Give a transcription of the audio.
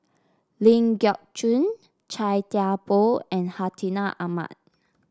Ling Geok Choon Chia Thye Poh and Hartinah Ahmad